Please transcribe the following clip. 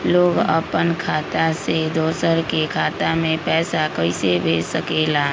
लोग अपन खाता से दोसर के खाता में पैसा कइसे भेज सकेला?